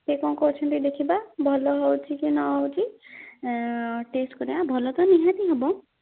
ସେ କ'ଣ କହୁଛନ୍ତି ଦେଖିବା ଭଲ ହେଉଛି କି ନ ହେଉଛି ଟେଷ୍ଟ୍ କରିବା ଭଲ ତ ନିହାତି ହେବ